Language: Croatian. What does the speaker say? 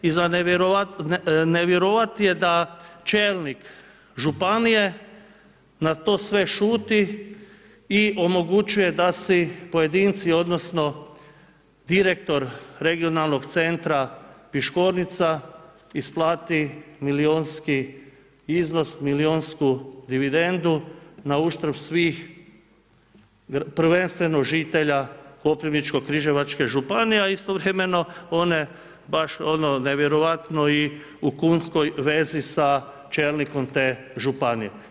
I za ne vjerovati je da čelnik županije na to sve šuti i omogućuje da si pojedinci, odnosno, direktor regionalnog centra, Piškornica isplati milijunski iznos, milijunsku dividendu, na uštrb svih, prvenstveno žitelja Koprivničko križevačke županije, a istovremeno, one, baš ono nevjerojatno i u kunskoj vezi sa čelnikom te županije.